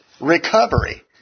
recovery